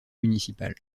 municipal